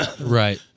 right